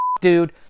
dude